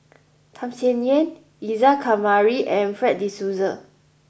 Tham Sien Yen Isa Kamari and Fred De Souza